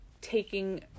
taking